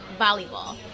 volleyball